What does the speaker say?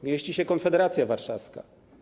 Mieści się konfederacja warszawska.